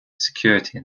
security